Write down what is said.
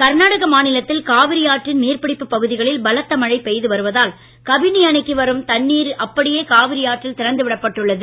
கர்நாடக மாநிலத்தில் காவிரி ஆற்றின் நீர்பிடிப்புப் பகுதிகளில் பலத்த மழை பெய்து வருவதால் கபினி அணைக்கு வரும் தண்ணீர் அப்படியே காவிரி ஆற்றில் திறந்து விடப்பட்டு உள்ளது